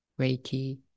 Reiki